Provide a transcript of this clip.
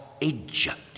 Egypt